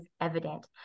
evident